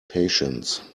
patience